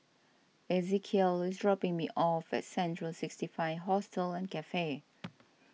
Ezekiel is dropping me off at Central sixty five Hostel and Cafe